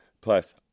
Plus